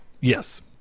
Yes